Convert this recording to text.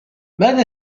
ماذا